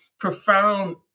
profound